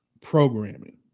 programming